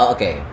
Okay